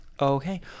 Okay